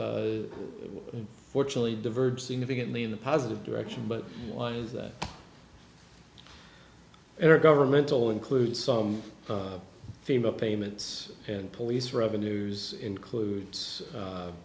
fortunately diverge significantly in the positive direction but why is that governmental include some female payments and police revenues includes